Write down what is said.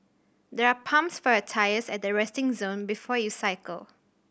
there are pumps for your tyres at the resting zone before you cycle